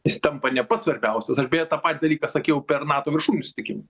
jis tampa ne pats svarbiausias aš beje tą patį dalyką sakiau per nato viršūnių susitikimą